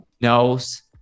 knows